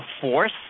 force